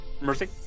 mercy